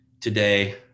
today